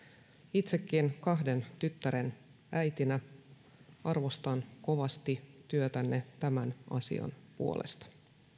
itsekin kahden tyttären äitinä arvostan kovasti työtänne tämän asian puolesta